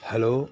hello